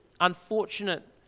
unfortunate